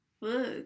Look